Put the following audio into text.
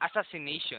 assassination